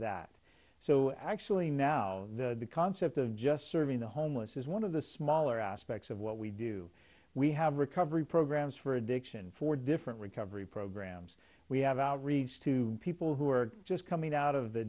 that so actually now the concept of just serving the homeless is one of the smaller aspects of what we do we have recovery programs for addiction for different recovery programs we have our reads to people who are just coming out of the